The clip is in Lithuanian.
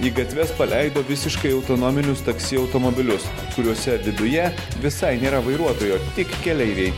į gatves paleido visiškai autonominius taksi automobilius kuriuose viduje visai nėra vairuotojo tik keleiviai